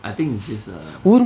I think it's just uh